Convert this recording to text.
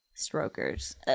strokers